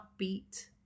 upbeat